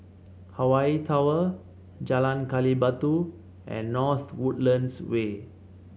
Hawaii Tower Jalan Gali Batu and North Woodlands Way